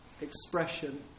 expression